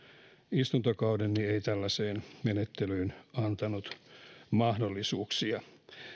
istuntokausi huomioon ottaen eivät tällaiseen menettelyyn antaneet mahdollisuuksia